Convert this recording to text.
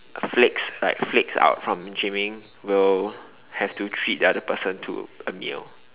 uh flakes like flake out of gyming will have to treat the other person to a meal